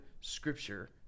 scripture